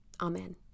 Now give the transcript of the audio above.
Amen